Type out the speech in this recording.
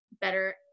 better